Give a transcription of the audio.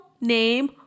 name